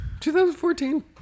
2014